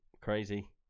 Crazy